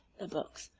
the books,